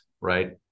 right